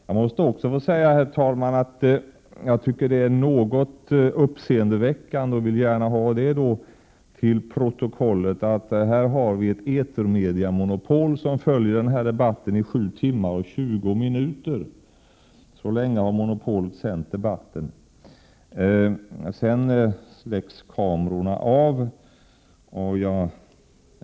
Jag måste också få säga, herr talman, att jag tycker att det är något uppseendeväckande och vill gärna ha det till protokollet, att vi har ett etermediamonopol som följer den här debatten i sju timmar och tjugo minuter — så lång tid har monopolet sänt debatten — men nu har kamerorna släckts.